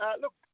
Look